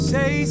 Say